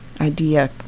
idea